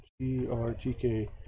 GRTK